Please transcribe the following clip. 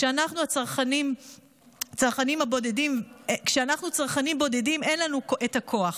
כשאנחנו צרכנים בודדים אין לנו את הכוח.